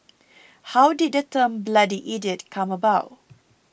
how did the term bloody idiot come about